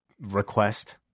request